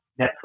Netflix